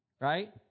right